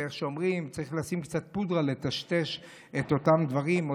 ואיך אומרים: צריך לשים קצת פודרה לטשטש את אותם דברים או